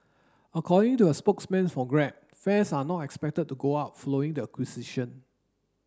according to a spokesman for Grab fares are not expected to go up following the acquisition